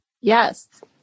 Yes